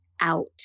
out